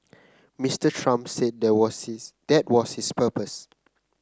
Mister Trump said that was his that was his purpose